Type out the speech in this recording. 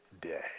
day